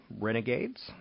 Renegades